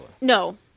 No